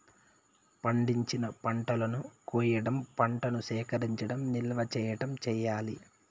పండించిన పంటలను కొయ్యడం, పంటను సేకరించడం, నిల్వ చేయడం చెయ్యాలి